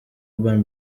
urban